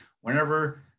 whenever